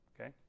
okay